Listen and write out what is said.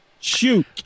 Shoot